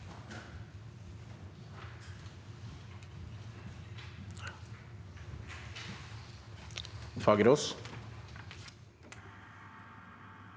Fagerås